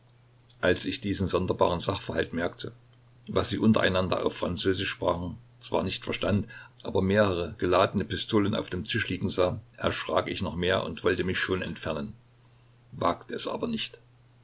als ich diesen sonderbaren sachverhalt merkte was sie untereinander auf französisch sprachen zwar nicht verstand aber mehrere geladene pistolen auf dem tisch liegen sah erschrak ich noch mehr und wollte mich schon entfernen wagte es aber nicht